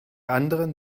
anderen